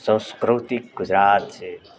સંસ્કૃતિ ગુજરાત છે